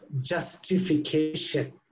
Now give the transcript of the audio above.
justification